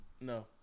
no